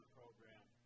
program